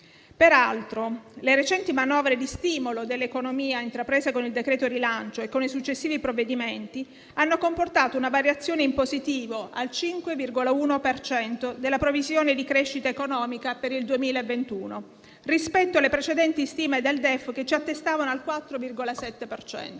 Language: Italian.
peraltro, le recenti manovre di stimolo dell'economia intraprese con il cosiddetto decreto rilancio e con i successivi provvedimenti hanno comportato una variazione in positivo al 5,1 per cento della previsione di crescita economica per il 2021 rispetto alle precedenti stime del DEF che si attestavano al 4,7